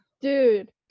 dude